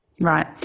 right